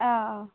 অঁ অঁ